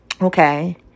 Okay